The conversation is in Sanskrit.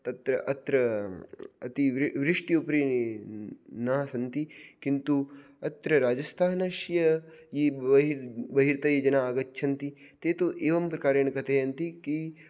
तत्र अत्र अति वृ वृष्टि उपरि न सन्ति किन्तु अत्र राजस्थानस्य ये बहिर्तैः जनाः आगच्छन्ति ते तु एवम्प्रकारेण कथयन्ति की